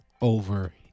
over